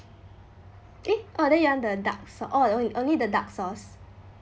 eh oh then you want the dark sauce oh only the dark sauce